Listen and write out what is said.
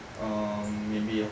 um maybe